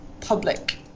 public